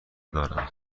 دارم